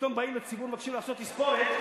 ופתאום באים לציבור ומבקשים לעשות תספורת,